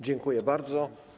Dziękuję bardzo.